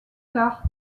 tard